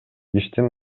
иштин